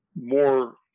more